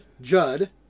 Judd